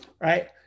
right